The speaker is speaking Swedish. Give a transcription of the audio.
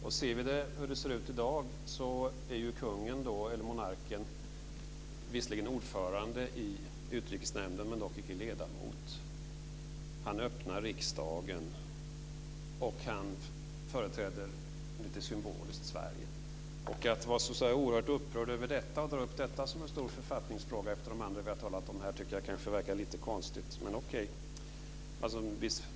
Om vi ser hur det ser ut i dag är monarken visserligen ordförande i Utrikesnämnden, men dock inte ledamot. Han öppnar riksdagen och företräder Sverige lite symboliskt. Att vara oerhört upprörd över detta och dra upp detta som en stor författningsfråga efter de andra vi har talat om, tycker jag kanske verkar lite konstigt.